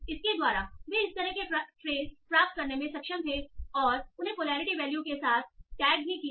तो इसके द्वारा वे इस तरह के फ्रेस प्राप्त करने में सक्षम थे और उन्हें पोलैरिटी वैल्यू के साथ टैग भी किया